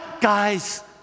guys